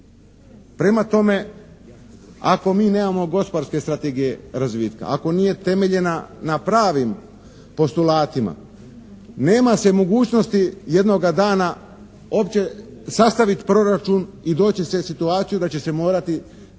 Prema tome ako mi nemamo gospodarske strategije razvitka. Ako nije temeljena na pravim postulatima nema se mogućnosti jednoga dana opće sastaviti proračun i doći će u situaciju da će se morati